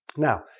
now,